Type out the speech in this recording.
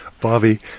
Bobby